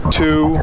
two